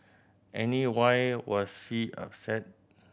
any why was C upset